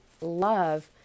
love